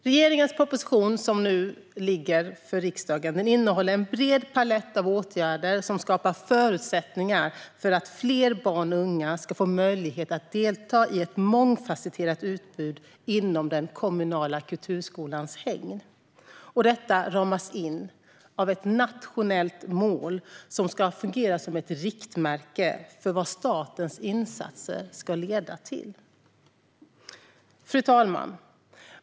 Regeringens proposition, som nu ligger på riksdagens bord, innehåller en bred palett av åtgärder som skapar förutsättningar för att fler barn och unga ska få möjlighet att ta del av ett mångfasetterat utbud inom den kommunala kulturskolans hägn. Detta ramas in av ett nationellt mål som ska fungera som ett riktmärke för vad statens insatser ska leda till. Fru talman!